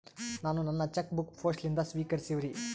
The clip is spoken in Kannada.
ನಾನು ನನ್ನ ಚೆಕ್ ಬುಕ್ ಪೋಸ್ಟ್ ಲಿಂದ ಸ್ವೀಕರಿಸಿವ್ರಿ